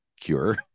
cure